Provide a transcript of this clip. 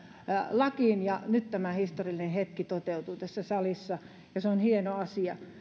lakiin ja nyt tämä historiallinen hetki toteutuu tässä salissa se on hieno asia